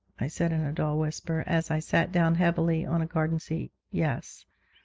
i said in a dull whisper, as i sat down heavily on a garden seat, yes.